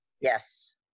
Yes